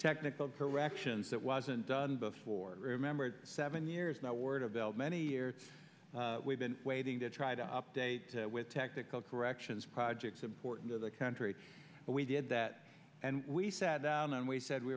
technical corrections that wasn't done before remember seven years now word of bill many years we've been waiting to try to update with technical corrections projects important to the country but we did that and we sat down and we said we